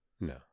no